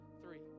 three